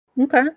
okay